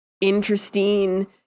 interesting